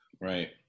right